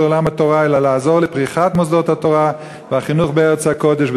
עולם התורה אלא לעזור לפריחת מוסדות התורה והחינוך בארץ הקודש,